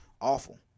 Awful